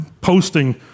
posting